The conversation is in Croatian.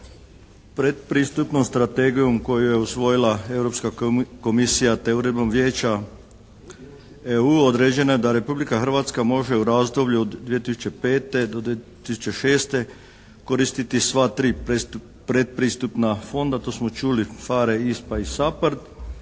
Pretpristupnom strategijom koju je usvojila Europska komisija te uredbom Vijeća EU određeno je da Republika Hrvatska može u razdoblju od 2005. do 2006. koristiti sva 3 pretpristupna fonda. To smo čuli, PHARE, ISPA i SAPARD